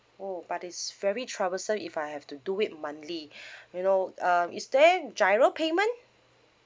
oh but it's very troublesome if I have to do it monthly you know um is there GIRO payment